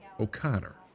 O'Connor